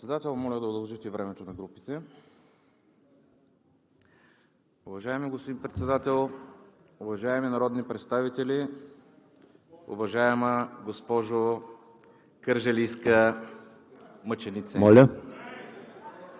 Моля да удължите времето на групите. Уважаеми господин Председател, уважаеми народни представители, уважаема госпожо кърджалийска мъченице!